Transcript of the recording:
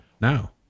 now